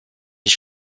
ich